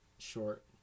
Short